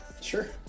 Sure